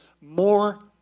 more